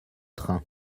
train